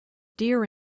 dear